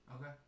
Okay